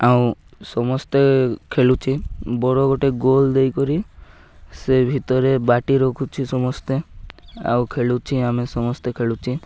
ଆଉ ସମସ୍ତେ ଖେଳୁଛି ବଡ଼ ଗୋଟେ ଗୋଲ ଦେଇକରି ସେ ଭିତରେ ବାଟି ରଖୁଛି ସମସ୍ତେ ଆଉ ଖେଳୁଛି ଆମେ ସମସ୍ତେ ଖେଳୁଛି